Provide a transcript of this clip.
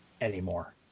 anymore